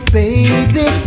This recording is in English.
baby